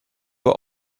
were